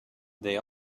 they